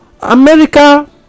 America